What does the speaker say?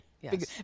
Yes